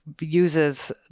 uses